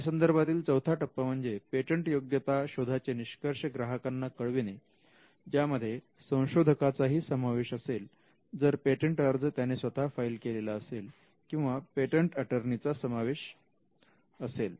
यासंदर्भातील चौथा टप्पा म्हणजे पेटंटयोग्यता शोधाचे निष्कर्ष ग्राहकांना कळविणे ज्यामध्ये संशोधकाचा ही समावेश असेल जर पेटंट अर्ज त्याने स्वतः फाईल केलेला असेल किंवा पेटंट एटर्नी चा समावेश असेल